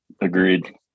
agreed